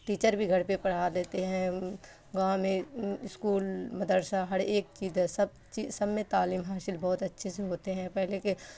teacher بھی گھر پہ پڑھا دیتے ہیں گاؤں میں اسکول مدرسہ ہر ایک چیز ہے سب سب میں تعلیم حاصل بہت اچھے سے ہوتے ہیں پہلے کے